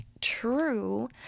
true